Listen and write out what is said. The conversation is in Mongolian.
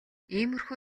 иймэрхүү